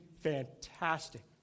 fantastic